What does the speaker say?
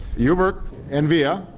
yubert envia,